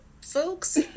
folks